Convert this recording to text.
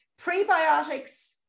prebiotics